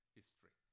history